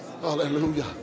Hallelujah